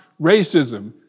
racism